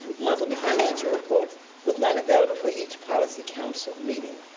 monthly financial report was not available for each policy council meeting.